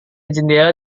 jendela